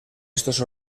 estos